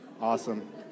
Awesome